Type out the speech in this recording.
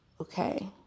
Okay